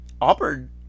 Auburn